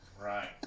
Right